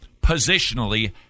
positionally